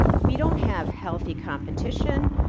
we don't have healthy competition.